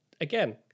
Again